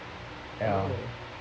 ya